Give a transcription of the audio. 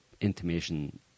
intimation